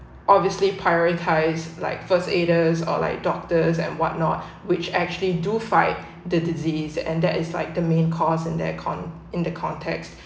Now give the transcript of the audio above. obviously prioritised like first aiders or like doctors and what not which actually do fight the disease and that is like the main cause in their con~ in the context